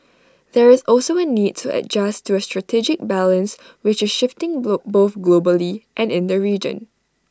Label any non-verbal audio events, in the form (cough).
there is also A need to adjust to A strategic balance which is shifting (unintelligible) both globally and in the region